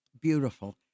beautiful